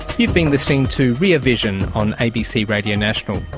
you've been listening to rear vision, on abc radio national.